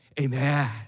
amen